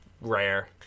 rare